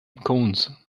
cones